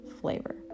flavor